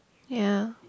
ya